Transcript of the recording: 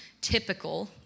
typical